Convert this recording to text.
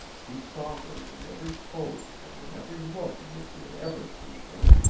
he saw her in every pose and in every look in which he had ever seen her,